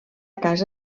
casa